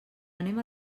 anem